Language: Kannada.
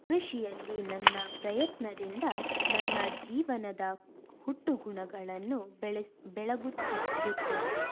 ಕೃಷಿಯಲ್ಲಿ ನನ್ನ ಪ್ರಯತ್ನದಿಂದ ನನ್ನ ಜೀವನದ ಹುಟ್ಟುಗುಣಗಳನ್ನು ಬೆಳೆಸ್ ಬೆಳಗುತ್ತಿರುತ್ತೇನೆ